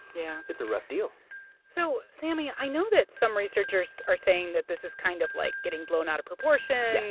yeah. it's a rough deal so sammy, i know that some researchers are saying that this is kind of like getting blown out of proportion,